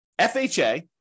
FHA